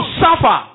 suffer